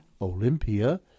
Olympia